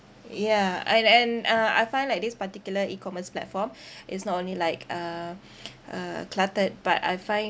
yeah and and uh I find like this particular E-commerce platform is not only like uh uh cluttered but I find